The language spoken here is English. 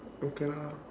okay lah